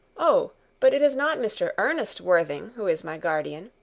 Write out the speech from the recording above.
oh, but it is not mr. ernest worthing who is my guardian.